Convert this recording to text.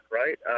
right